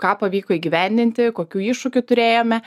ką pavyko įgyvendinti kokių iššūkių turėjome